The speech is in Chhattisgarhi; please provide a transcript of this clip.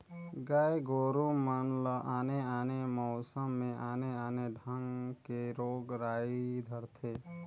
गाय गोरु मन ल आने आने मउसम में आने आने ढंग के रोग राई धरथे